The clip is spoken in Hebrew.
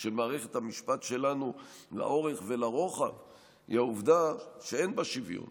של מערכת המשפט שלנו לאורך ולרוחב היא העובדה שאין בה שוויון,